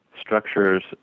structures